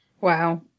Wow